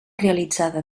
realitzada